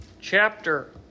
chapter